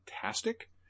fantastic